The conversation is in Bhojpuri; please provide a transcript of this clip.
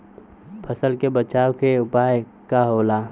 फसल के बचाव के उपाय का होला?